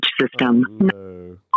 system